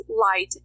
light